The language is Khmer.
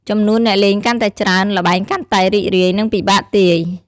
ចំនួនអ្នកលេងកាន់តែច្រើន ល្បែងកាន់តែរីករាយ និងពិបាកទាយ។